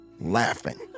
laughing